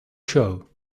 show